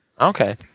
Okay